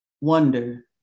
wonder